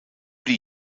die